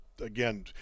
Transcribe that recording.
again